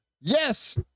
Yes